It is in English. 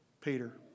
Peter